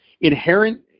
inherent